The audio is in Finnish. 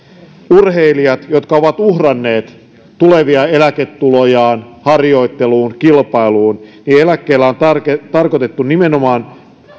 urheilijat ovat uhranneet tulevia eläketulojaan harjoitteluun kilpailuun niin eläkkeellä on tarkoitettu nimenomaan